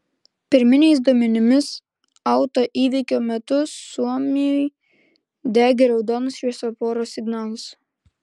pirminiais duomenimis autoįvykio metu suomiui degė raudonas šviesoforo signalas